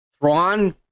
Thrawn